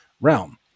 realm